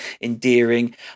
endearing